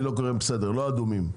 בסדר, לא אדומים.